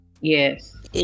yes